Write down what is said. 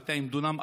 200 דונם,